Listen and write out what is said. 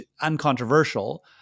uncontroversial